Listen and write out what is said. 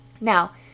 Now